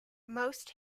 most